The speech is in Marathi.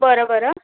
बरं बरं